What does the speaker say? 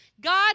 God